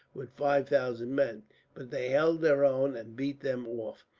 with five thousand men but they held their own, and beat them off.